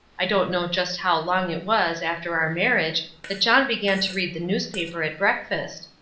i don't know just how long it was after our marriage that john began to read the newspaper at breakfast.